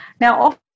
Now